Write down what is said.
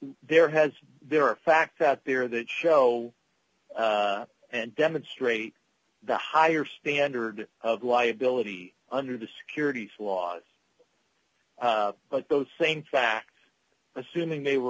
their heads there are facts out there that show and demonstrate the higher standard of liability under the security flaws but those same facts assuming they were